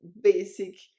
basic